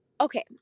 okay